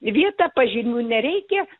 vietą pažymių nereikia